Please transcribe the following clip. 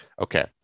okay